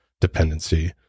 dependency